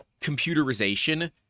computerization